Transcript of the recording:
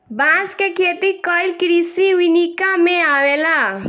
बांस के खेती कइल कृषि विनिका में अवेला